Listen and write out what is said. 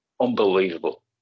unbelievable